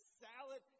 salad